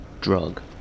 drug